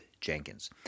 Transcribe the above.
Jenkins